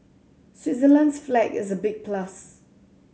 Switzerland's flag is a big plus